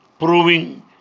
proving